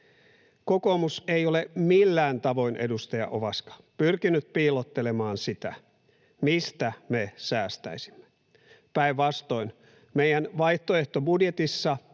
Kokoomus ei ole millään tavoin, edustaja Ovaska, pyrkinyt piilottelemaan sitä, mistä me säästäisimme. Päinvastoin meidän vaihtoehtobudjetissamme